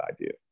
idea